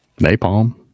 Napalm